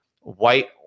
white